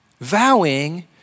Vowing